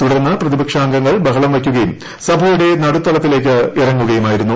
തുടർന്ന് പ്രതിപക്ഷാംഗങ്ങൾ ബഹളം വയ്ക്കുകയും സഭയുടെ നടുത്തളത്തിലേക്ക് ഇറങ്ങുകയുമായിരുന്നു